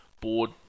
board